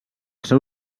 seu